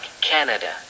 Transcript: Canada